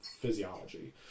physiology